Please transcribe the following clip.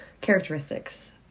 characteristics